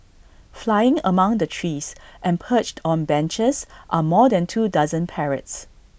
flying among the trees and perched on benches are more than two dozen parrots